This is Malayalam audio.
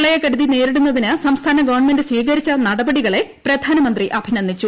പ്രളയക്കെടുതി നേരിടുന്നതിന് സംസ്ഥാന ഗവൺമെന്റ് സ്വീകരിച്ചു നടപടികളെ പ്രധാനമന്ത്രി അഭിനന്ദിച്ചു